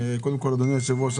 אדוני היושב-ראש,